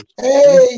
Hey